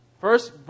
First